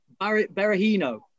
Berahino